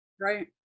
Right